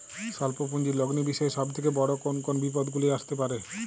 স্বল্প পুঁজির লগ্নি বিষয়ে সব থেকে বড় কোন কোন বিপদগুলি আসতে পারে?